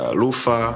lufa